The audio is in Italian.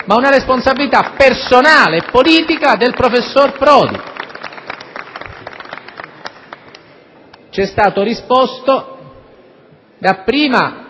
ma come responsabilità personale e politica del professor Prodi.